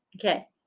okay